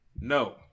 No